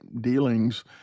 dealings